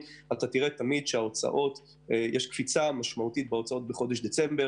אתה תראה תמיד שיש קפיצה משמעותית בהוצאות של חודש דצמבר